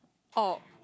or